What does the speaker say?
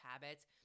habits